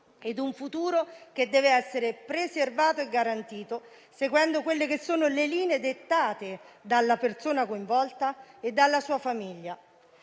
e un futuro che dev'essere preservato e garantito, seguendo le linee dettate dalla persona coinvolta e dalla sua famiglia.